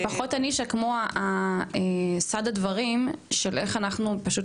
זה פחות הנישא כמו סד הדברים של איך אנחנו פשוט